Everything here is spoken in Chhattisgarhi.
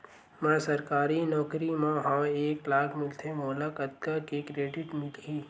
मैं सरकारी नौकरी मा हाव एक लाख मिलथे मोला कतका के क्रेडिट मिलही?